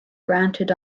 granted